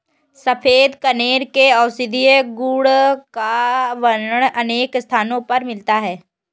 सफेद कनेर के औषधीय गुण का वर्णन अनेक स्थलों पर मिलता है